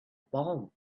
palm